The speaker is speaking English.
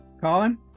colin